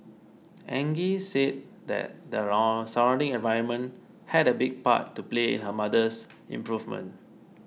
Angie said that there are surrounding environment had a big part to play in her mother's improvement